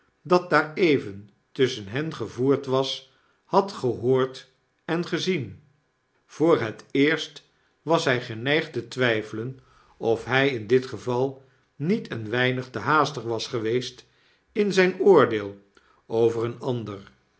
dat daar even tusschen hen gevoerd was had gehoord en gezien voor het eerst was hy geneigd te twyfelen of hy in dit geval niet een weinig te haastig was geweest in zyn oordeel over een ander